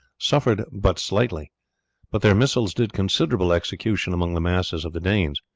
suffered but slightly but their missiles did considerable execution among the masses of the danes.